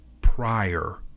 prior